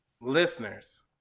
Listeners